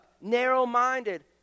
narrow-minded